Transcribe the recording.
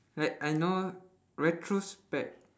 like I know retrospect